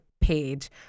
page